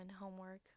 homework